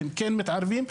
הם כן מתערבים?